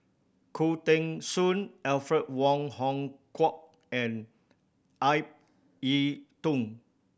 Khoo Teng Soon Alfred Wong Hong Kwok and Ip Yiu Tung